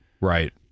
Right